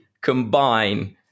combine